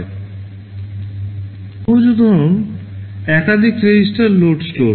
একটি সহজ উদাহরণ একাধিক রেজিস্টার লোড স্টোর